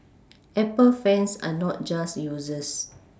Apple fans are not just users